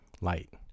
light